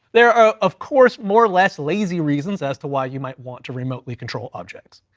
there are of course more, or less lazy reasons as to why you might want to remotely control objects.